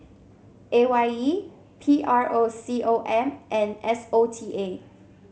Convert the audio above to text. A Y E P R O C O M and S O T A